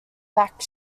fact